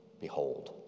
Behold